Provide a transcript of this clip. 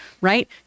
right